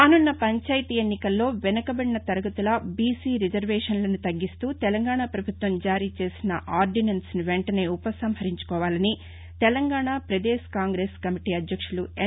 రానున్న పంచాయతీ ఎన్నికల్లో వెనుకబడిన తరగతుల బీసీ రిజర్వేషన్నను తగ్గిస్తూ తెలంగాణ పభుత్వం జారీ చేసిన ఆర్దినెన్స్ ను వెంటనే ఉపసంహరించుకోవాలని తెలంగాణ పదేశ్ కాంగ్రెస్ కమిటి అధ్యక్షుడు ఎన్